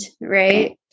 right